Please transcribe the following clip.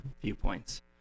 viewpoints